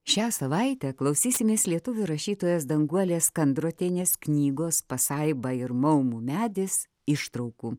šią savaitę klausysimės lietuvių rašytojos danguolės kandrotienės knygos pasaiba ir maumų medis ištraukų